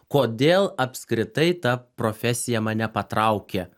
kodėl apskritai ta profesija mane patraukė